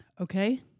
Okay